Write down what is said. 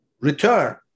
return